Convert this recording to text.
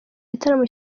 gitaramo